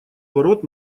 ворот